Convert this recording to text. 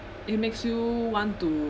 it makes you want to